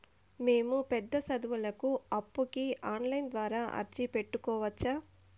మేము పెద్ద సదువులకు అప్పుకి ఆన్లైన్ ద్వారా అర్జీ పెట్టుకోవచ్చా?